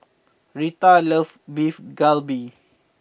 Retta loves Beef Galbi